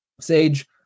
Sage